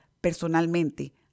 personalmente